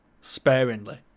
sparingly